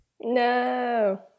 No